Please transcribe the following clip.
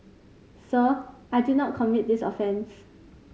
sir I did not commit this offence